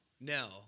No